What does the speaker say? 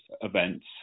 events